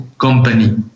company